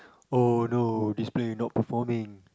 oh no this player not performing